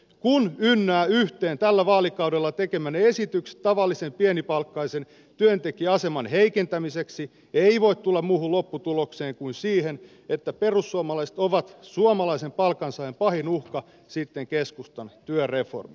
kun ynnää yhteen tällä vaalikaudella tekemänne esitykset tavallisen pienipalkkaisen työntekijän aseman heikentämiseksi ei voi tulla muuhun lopputulokseen kuin siihen että perussuomalaiset ovat suomalaisen palkansaajan pahin uhka sitten keskustan työreformin